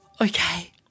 Okay